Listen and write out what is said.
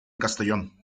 castellón